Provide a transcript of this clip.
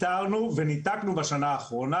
איתרנו וניתקנו בשנה האחרונה,